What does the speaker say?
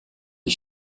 est